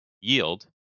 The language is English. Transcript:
yield